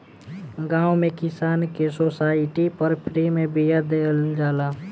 गांव में किसान के सोसाइटी पर फ्री में बिया देहल जाला